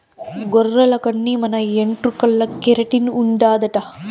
గొర్రెల కన్ని మన ఎంట్రుకల్ల కెరటిన్ ఉండాదట